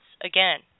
again